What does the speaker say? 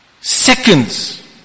Seconds